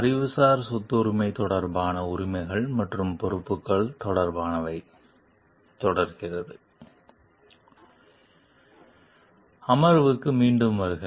அமர்வுக்கு மீண்டும் வருக